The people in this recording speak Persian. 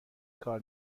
کار